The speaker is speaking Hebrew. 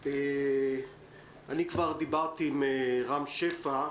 דיברתי כבר עם רם שפע,